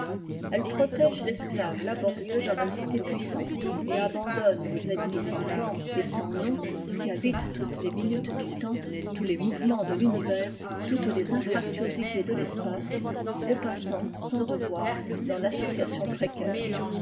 elle proe l'esclave laborieux dans la cité puissante et abandonne aux ennemis sans forme et sans nom qui habitent toutes les minutes du temps tous les mouvements de tunivers toutes les anfractuosités de tespace le passant sans devoirs dans tassociation précaire